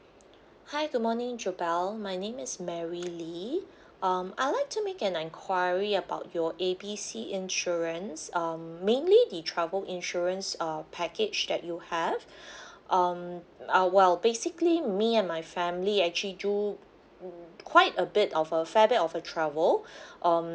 hi good morning jovelle my name is mary lee um I like to make an enquiry about your A B C insurance um mainly the travel insurance uh package that you have um uh well basically me and my family actually do quite a bit of a fair bit of uh travel um